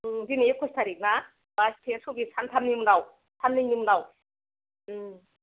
ओं दिनै एकोस थारिख ना बाइस तैस सबबिस सानथामनि उनाव साननैनि उनाव उम